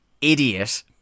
idiot